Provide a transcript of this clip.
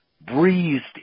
breathed